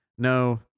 No